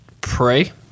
pray